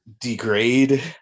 degrade